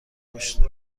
پشته